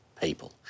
people